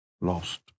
lost